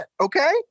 okay